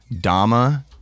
Dama